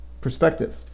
perspective